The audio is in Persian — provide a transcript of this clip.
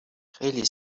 خیلی